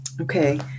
Okay